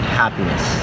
happiness